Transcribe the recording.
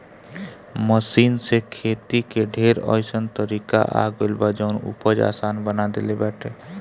machine से खेती के ढेर अइसन तरीका आ गइल बा जवन उपज आसान बना देले बाटे